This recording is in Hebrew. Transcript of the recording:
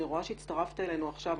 אני רואה שהצטרפת אלינו עכשיו,